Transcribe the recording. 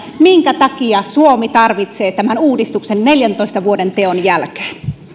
minkä takia suomi tarvitsee tämän uudistuksen neljäntoista vuoden teon jälkeen